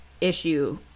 issue